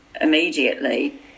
immediately